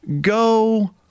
go